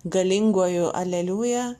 galinguoju aleliuja